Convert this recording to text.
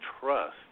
trust